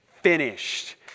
finished